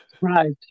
Right